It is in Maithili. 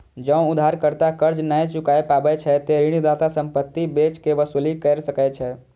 जौं उधारकर्ता कर्ज नै चुकाय पाबै छै, ते ऋणदाता संपत्ति बेच कें वसूली कैर सकै छै